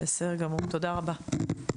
בסדר גמור, תודה רבה.